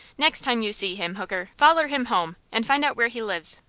next time you see him, hooker, foller him home, and find out where he lives.